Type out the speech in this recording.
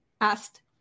asked